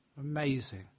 Amazing